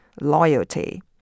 loyalty